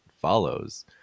follows